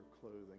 clothing